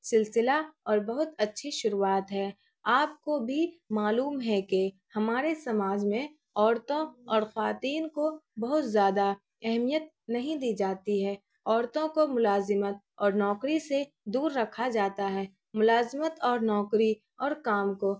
سلسلہ اور بہت اچھی شروعات ہے آپ کو بھی معلوم ہے کہ ہمارے سماج میں عورتوں اور خواتین کو بہت زیادہ اہمیت نہیں دی جاتی ہے عورتوں کو ملازمت اور نوکری سے دور رکھا جاتا ہے ملازمت اور نوکری اور کام کو